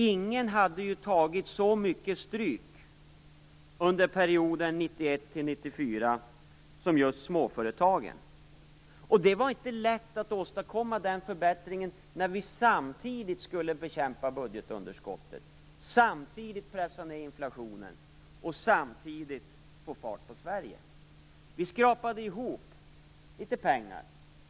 Ingen hade tagit så mycket stryk under perioden 1991-1994 som just småföretagen. Det var inte lätt att åstadkomma den förbättringen när vi samtidigt skulle bekämpa budgetunderskottet, pressa ned inflationen och få fart på Sverige. Vi skrapade ihop litet pengar.